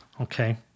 Okay